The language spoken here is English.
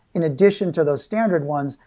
in addition to those standard ones,